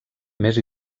més